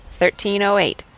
1308